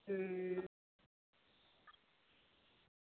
अं